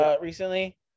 Recently